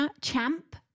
Champ